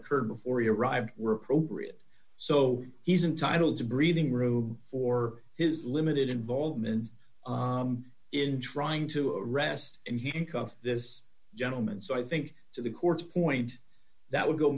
occurred before he arrived were appropriate so he's entitled to breathing room for his limited involvement in trying to arrest him he can come this gentleman so i think to the court's point that would go